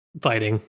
fighting